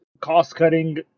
cost-cutting